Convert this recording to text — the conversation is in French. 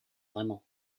vraiment